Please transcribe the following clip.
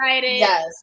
Yes